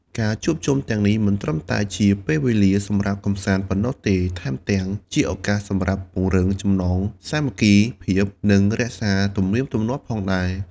ការជួបជុំទាំងនេះមិនត្រឹមតែជាពេលវេលាសម្រាប់កម្សាន្តប៉ុណ្ណោះទេ ថែមទាំងជាឱកាសសម្រាប់ពង្រឹងចំណងសាមគ្គីភាព និងរក្សាទំនៀមទម្លាប់ផងដែរ។